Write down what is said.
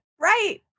Right